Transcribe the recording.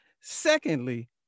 secondly